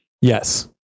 Yes